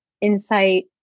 insight